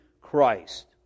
Christ